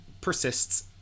persists